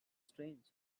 strange